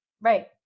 Right